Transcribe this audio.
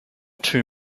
two